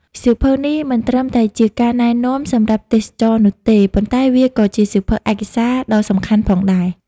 សៀវភៅនេះមិនត្រឹមតែជាការណែនាំសម្រាប់ទេសចរណ៍នោះទេ ប៉ុន្តែវាក៏ជាសៀវភៅឯកសារដ៏សំខាន់ផងដែរ។